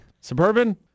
Suburban